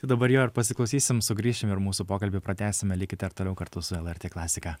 dabar jo ir pasiklausysim sugrįšim ir mūsų pokalbį pratęsime likite ir toliau kartu su lrt klasika